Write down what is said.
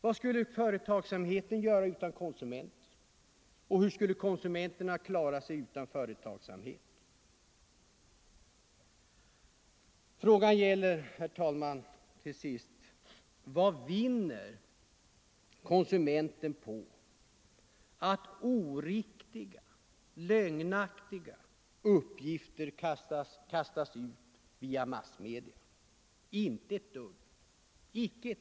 Vad skulle fö retagsamheten göra utan konsumenter, och hur skulle konsumenterna Nr 116 klara sig utan företagsamhet? Torsdagen den Frågan gäller, herr talman, till sist: Vad vinner konsumenten på att 7 november 1974 oriktiga, lögnaktiga uppgifter kastas ut via massmedia? Inte ett dugg.